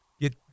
get